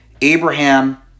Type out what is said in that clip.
Abraham